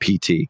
PT